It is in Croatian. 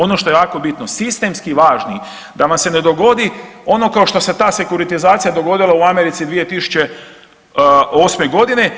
Ono što je jako bitno sistemski važni, da vam se ne dogodi ono kao što se ta sekuritizacija dogodila u Americi 2008. godine.